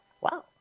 wow